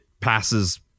passes